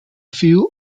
few